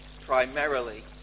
primarily